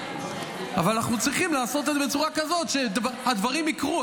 אבל אנחנו צריכים לעשות את זה בצורה כזאת שהדברים יקרו.